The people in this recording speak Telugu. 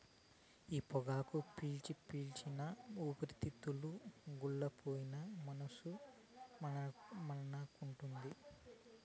ఈ పొగాకు పీల్చి పీల్చి నా ఊపిరితిత్తులు గుల్లైపోయినా మనసు మాటినకుంటాంది